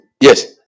Yes